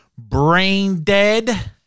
Braindead